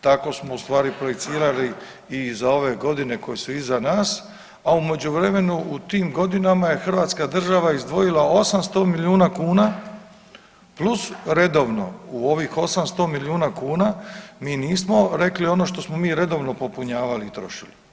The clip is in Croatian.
Tako smo ustvari projicirali i za ove godine koje su iza nas, a u međuvremenu u tim godinama je hrvatska država izdvojila 800 milijuna kuna plus redovno u ovih 800 milijuna kuna, mi nismo rekli ono što smo mi redovno popunjavali i trošili.